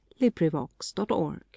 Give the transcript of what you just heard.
LibriVox.org